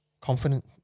Confident